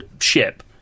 ship